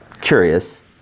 curious